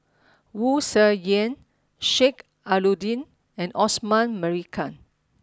Wu Tsai Yen Sheik Alau'ddin and Osman Merican